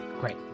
Great